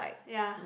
ya